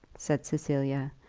said cecilia,